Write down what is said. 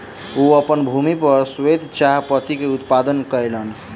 ओ अपन भूमि पर श्वेत चाह पत्ती के उत्पादन कयलैन